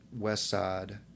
Westside